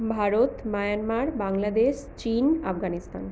Bharat Myanmar Bangladesh চিন আফগানিস্তান